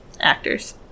actors